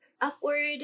upward